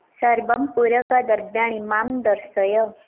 सर्वं पूर्वकद्रव्याणि मां दर्शय